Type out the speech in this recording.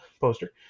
poster